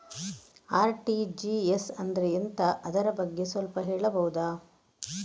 RTGS ಅಂದ್ರೆ ಎಂತ ಅದರ ಬಗ್ಗೆ ಸ್ವಲ್ಪ ಹೇಳಬಹುದ?